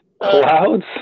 clouds